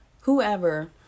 whoever